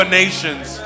nations